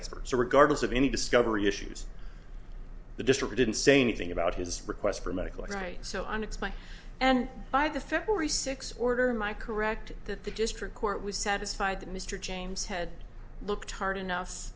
experts or regardless of any discovery issues the district didn't say anything about his request for medical and i so unexplained and by the february sixth order my correct that the district court was satisfied that mr james had looked hard enough